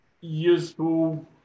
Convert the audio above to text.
useful